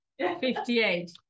58